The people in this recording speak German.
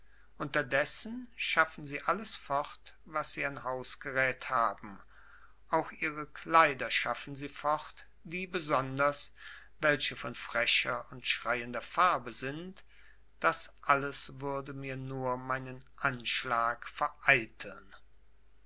unterdessen schaffen sie alles fort was sie an hausgerät haben auch ihre kleider schaffen sie fort die besonders welche von frecher oder schreiender farbe sind das alles würde mir nur meinen anschlag vereiteln